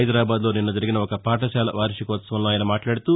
హైదరాబాద్ లో నిన్న జరిగిన ఒక పాఠశాల వార్షికోత్సవంలో ఆయన మాట్లాదుతూ